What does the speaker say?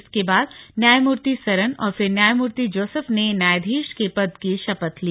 इसके बाद न्यायमूर्ति सरन और फिर न्यायमूर्ति जोसफ ने न्यायाधीश के पद की शपथ ली